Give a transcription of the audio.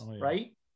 right